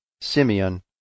Simeon